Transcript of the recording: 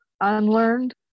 unlearned